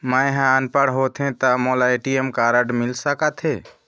मैं ह अनपढ़ होथे ता मोला ए.टी.एम कारड मिल सका थे?